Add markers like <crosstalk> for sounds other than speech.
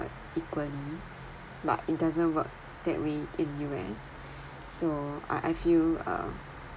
equally but it doesn't work that way in U_S <breath> so I I feel uh